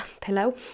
Pillow